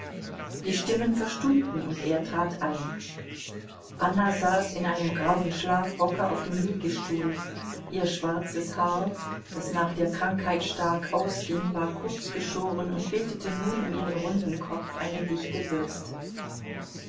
die stimmen verstummten und er trat ein anna saß in einem grauen schlafrocke auf dem liegestuhl ihr schwarzes haar das nach der krankheit stark ausging war kurz geschoren und bildete nun um ihren runden kopf eine dichte bürste